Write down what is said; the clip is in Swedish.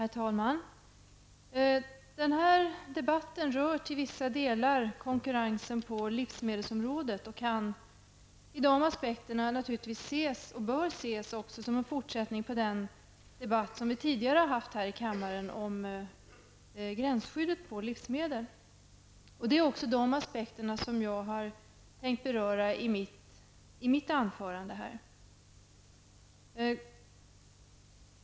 Herr talman! Denna debatt rör till vissa delar konkurrensen på livsmedelsområdet och kan och bör från dessa aspekter ses och bör ses som en fortsättning på den debatt som vi tidigare fört här i kammaren om gränsskyddet för livsmedel. Det är också de aspekter som jag tänker beröra i mitt anförande.